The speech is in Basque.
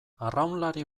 arraunlari